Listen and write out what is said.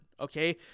okay